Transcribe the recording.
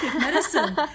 medicine